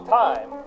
time